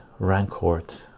Rancourt